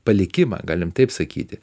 palikimą galim taip sakyti